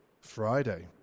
Friday